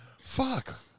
Fuck